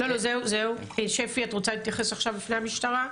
שפי, את רוצה להתייחס עכשיו לפני המשטרה?